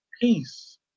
peace